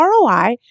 ROI